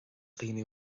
dhaoine